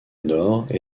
nord